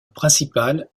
principale